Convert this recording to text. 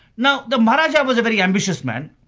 now the maharajah was a very ambitious man.